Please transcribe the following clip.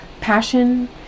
passion